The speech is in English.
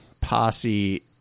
posse